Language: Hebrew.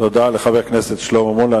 תודה לחבר הכנסת שלמה מולה.